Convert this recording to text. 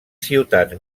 ciutats